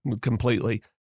Completely